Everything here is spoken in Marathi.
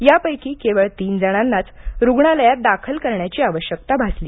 यांपैकी केवळ तीन जणांनाच रुग्णालयात दाखल करण्याची आवश्यकता भासली